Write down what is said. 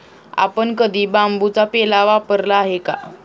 आपण कधी बांबूचा पेला वापरला आहे का?